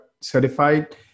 certified